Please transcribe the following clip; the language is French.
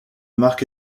marque